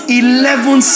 eleven